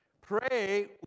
Pray